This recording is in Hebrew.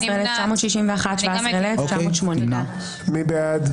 17,601 עד 17,620. מי בעד?